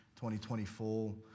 2024